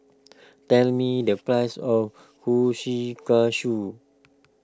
tell me the price of Kushikatsu